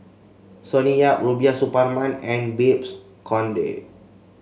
Sonny Yap Rubiah Suparman and Babes Conde